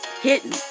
hitting